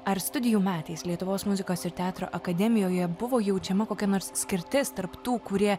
ar studijų metais lietuvos muzikos ir teatro akademijoje buvo jaučiama kokia nors skirtis tarp tų kurie